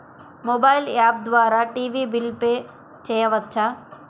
Mobile app ద్వారా TV bill pay చేయవచ్చా?